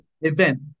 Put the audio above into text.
event